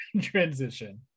transition